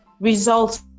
Results